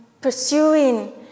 pursuing